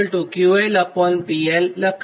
તો tan𝜑 QLPL લખાય